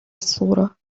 الصورة